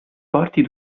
porti